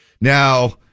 Now